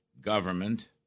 government